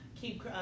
keep